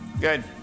Good